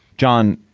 john,